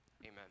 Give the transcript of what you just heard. Amen